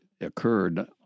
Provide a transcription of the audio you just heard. occurred